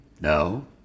No